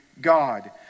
God